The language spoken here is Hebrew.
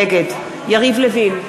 נגד יריב לוין,